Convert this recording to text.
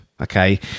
okay